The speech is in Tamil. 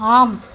ஆம்